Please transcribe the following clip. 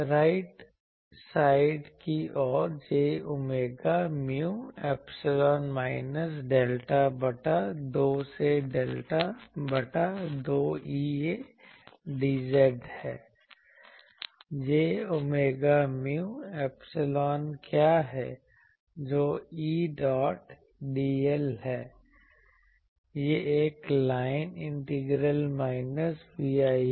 right side की ओर j omega mu epsilon minus delta बटा 2 से Delta बटा 2EA dz है j ओमेगा mu एप्सिलॉन क्या है जो E डॉट dl है यह एक लाइन इंटीग्रल माइनस Vi है